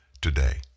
today